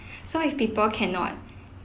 so if people cannot